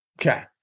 Okay